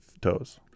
toes